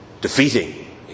defeating